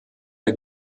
der